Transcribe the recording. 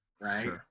right